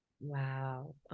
Wow